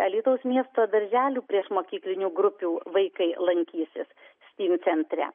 alytaus miesto darželių priešmokyklinių grupių vaikai lankysis steam centre